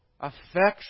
affection